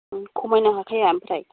खमायनो हाखाया ओमफ्राय